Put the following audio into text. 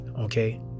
Okay